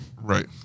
Right